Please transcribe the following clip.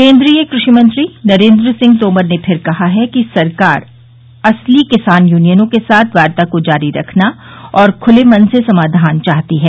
केन्द्रीय कृषि मंत्री नरेंद्र सिंह तोमर ने फिर कहा है कि सरकार असली किसान यूनियनों के साथ वार्ता को जारी रखना और खुले मन से समाधान चाहती है